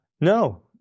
no